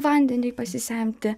vandeniui pasisemti